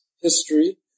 history